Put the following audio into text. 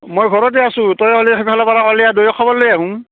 মই ঘৰতে আছো তই উলাই থকা হ'লে পৰা হ'লে আৰু দুয়ো খবৰ লৈ আহোঁ